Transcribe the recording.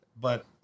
But-